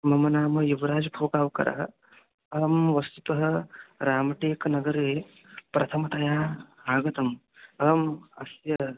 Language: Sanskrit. मम नाम युवराज् फोकाव्करः अहं वस्तुतः रामटेक् नगरे प्रथमतया आगतम् अहम् अस्य